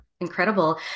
Incredible